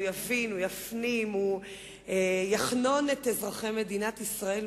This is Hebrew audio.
או ליהנות מהטבת הסבסוד,